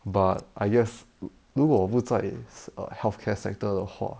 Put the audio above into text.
but I guess 如果我不在 err healthcare sector 的话